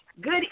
Good